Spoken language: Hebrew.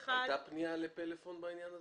הייתה פנייה לפלאפון בעניין הזה?